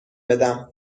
بدم